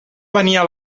venia